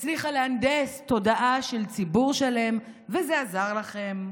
הצליחה להנדס תודעה של ציבור שלם, וזה עזר לכם,